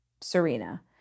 Serena